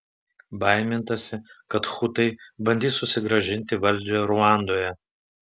baimintasi kad hutai bandys susigrąžinti valdžią ruandoje